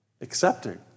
accepting